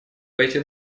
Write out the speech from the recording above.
пойти